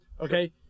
Okay